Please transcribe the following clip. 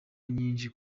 nyinshi